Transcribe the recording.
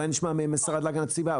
אולי נשמע מהמשרד להגנת הסביבה,